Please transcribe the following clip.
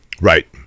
Right